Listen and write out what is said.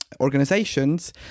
Organizations